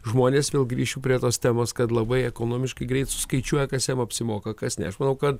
žmonės vėl grįšiu prie tos temos kad labai ekonomiškai greit skaičiuoja kas jam apsimoka kas ne aš manau kad